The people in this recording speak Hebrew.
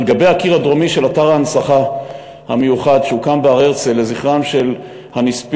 על גבי הקיר הדרומי של אתר ההנצחה המיוחד שהוקם בהר-הרצל לזכרם של הנספים